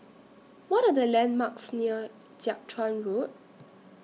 What Are The landmarks near Jiak Chuan Road